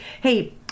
Hey